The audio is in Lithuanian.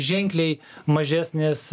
ženkliai mažesnės